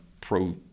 pro